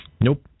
Nope